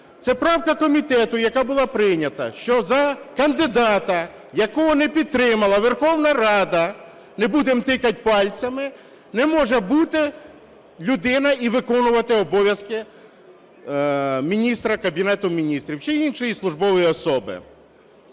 Це правка комітету, яка була прийнята, що за кандидата, якого не підтримала Верховна Рада, не будемо тикати пальцями, не може бути людина і виконувати обов'язки міністра Кабінету Міністрів чи іншої службової особи.